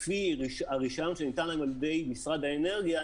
לפי רישיון שניתן על-ידי משרד האנרגיה,